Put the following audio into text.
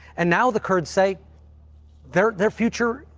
and now the kurds say their their future,